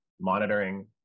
monitoring